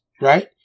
right